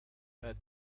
had